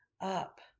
up